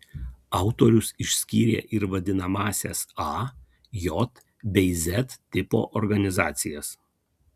autorius išskyrė ir vadinamąsias a j bei z tipo organizacijas